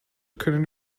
können